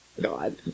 God